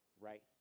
right